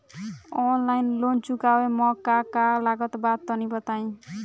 Online loan चुकावे म का का लागत बा तनि बताई?